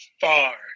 far